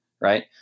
right